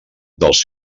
dels